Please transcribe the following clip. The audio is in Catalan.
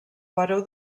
baró